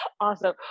Awesome